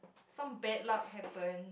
some bad luck happen